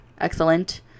excellent